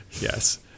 Yes